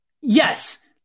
Yes